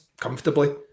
comfortably